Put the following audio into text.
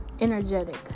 energetic